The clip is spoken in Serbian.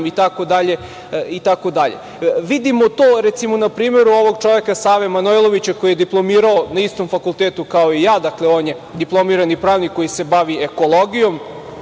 itd. Vidimo to, recimo, na primeru ovog čoveka, Save Manojlovića, koji je diplomirao na istom fakultetu kao i ja. Dakle, on je diplomirani pravnik koji se bavi ekologijom.